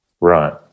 Right